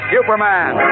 Superman